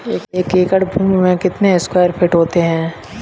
एक एकड़ भूमि में कितने स्क्वायर फिट होते हैं?